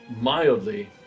mildly